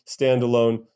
standalone